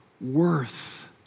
worth